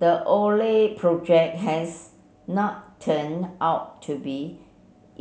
the project has not turned out to be